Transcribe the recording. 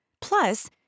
Plus